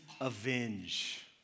avenge